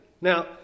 Now